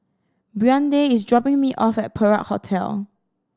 Brande is dropping me off at Perak Hotel